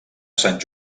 sant